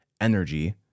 energy